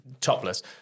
topless